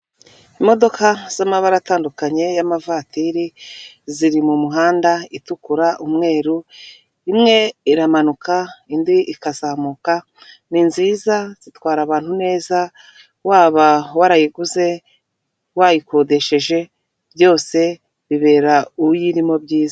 Imodoka z'amabara atandukanye y'amavatiri ziri mu muhanda itukura umweru, imwe iramanuka indi ikazamuka, ni nziza zitwara abantu neza waba warayiguze wayikodesheje byose bibera uyirimo byiza.